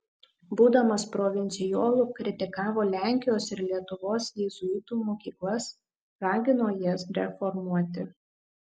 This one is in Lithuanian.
būdamas provincijolu kritikavo lenkijos ir lietuvos jėzuitų mokyklas ragino jas reformuoti